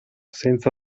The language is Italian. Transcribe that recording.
senza